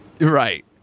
Right